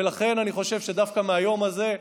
ולכן אני חושב שדווקא מהיום הזה,